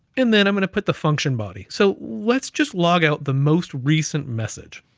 and then i'm gonna put the function body. so let's just log out the most recent message.